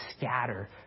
scatter